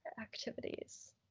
activities